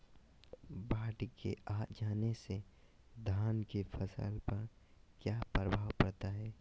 बाढ़ के आ जाने से धान की फसल पर किया प्रभाव पड़ता है?